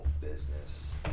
business